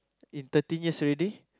in thirteen years already